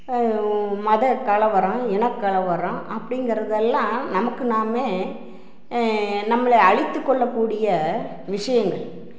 மதக்கலவரம் இனக்கலவரம் அப்படிங்குறதெல்லாம் நமக்கு நாமே நம்மளை அழித்துக்கொள்ளக்கூடிய விஷயங்கள்